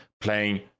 playing